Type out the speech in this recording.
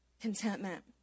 contentment